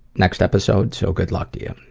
next episode so good luck to you.